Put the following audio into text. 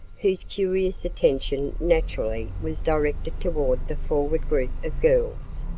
whose curious attention naturally was directed toward the forward group of girls.